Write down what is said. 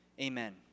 Amen